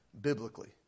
biblically